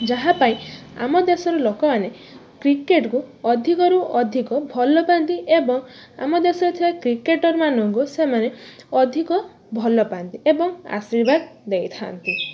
ଯାହା ପାଇଁ ଆମ ଦେଶର ଲୋକମାନେ କ୍ରିକେଟକୁ ଅଧିକରୁ ଅଧିକ ଭଲ ପାଆନ୍ତି ଏବଂ ଆମ ଦେଶରେ ଥିବା କ୍ରିକେଟରମାନଙ୍କୁ ସେମାନେ ଅଧିକ ଭଲ ପାଆନ୍ତି ଏବଂ ଆଶୀର୍ବାଦ ଦେଇଥାଆନ୍ତି